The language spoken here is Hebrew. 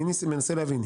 אני מנסה להבין,